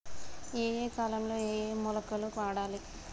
ఏయే కాలంలో ఏయే మొలకలు వాడాలి?